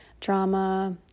drama